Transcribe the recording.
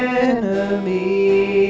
enemy